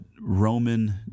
Roman